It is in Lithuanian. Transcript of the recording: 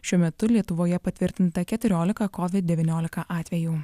šiuo metu lietuvoje patvirtinta keturiolika covid devyniolika atvejų